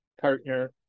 partner